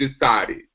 decided